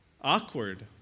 awkward